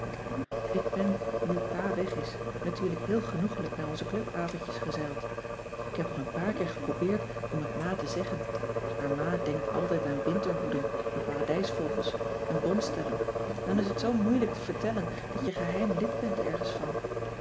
ik ben nu pa weg is natuurlijk heel genoegelijk naar onze clubavondjes gezeild ik heb al een paar keer geprobeerd om het ma te zeggen maar ma denkt altijd aan winterhoeden en paradijsvogels en bontstellen en dan is het zoo moeilijk vertellen dat je geheim lid bent ergens van